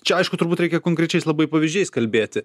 čia aišku turbūt reikia konkrečiais labai pavyzdžiais kalbėti